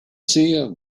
cyr